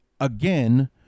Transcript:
Again